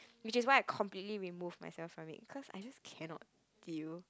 which is why I completely remove myself from it because I just cannot deal